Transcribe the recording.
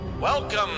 Welcome